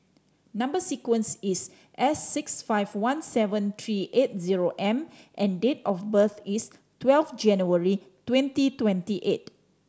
number sequence is S six five one seven three eight zero M and date of birth is twelve January twenty twenty eight